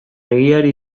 egiari